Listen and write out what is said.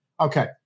okay